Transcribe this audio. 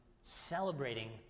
celebrating